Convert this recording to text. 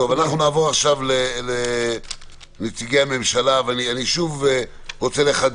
נעבור לנציגי הממשלה אבל לפני כן אני רוצה לחדד.